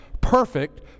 perfect